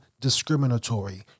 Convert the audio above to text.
discriminatory